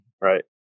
right